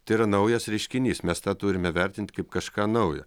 tai yra naujas reiškinys mes tą turime vertint kaip kažką naujo